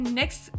next